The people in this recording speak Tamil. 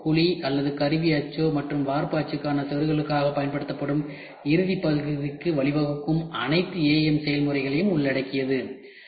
கோர் குழி அல்லது கருவி அச்சோ மற்றும் வார்ப்பு அச்சுகளுக்கான செருகல்களாகப் பயன்படுத்தப்படும் இறுதி பகுதிக்கு வழிவகுக்கும் அனைத்து AM செயல்முறைகளையும் உள்ளடக்கியது